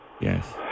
Yes